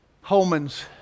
Holman's